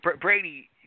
Brady